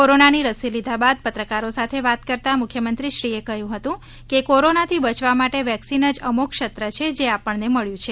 કોરોનાની રસી લીધા બાદ પત્રકારો સાથે વાત કરતાં મુખ્યમંત્રી શ્રી કહ્યુ હતું કે કોરોનાથી બયવા માટે વેકિસન જ અમોધ શસ્ત્ર છે જે આપણને મળ્યુ છે